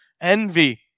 envy